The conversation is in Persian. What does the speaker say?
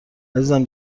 عزیزم